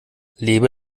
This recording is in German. lebe